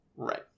Right